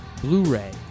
Blu-ray